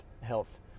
health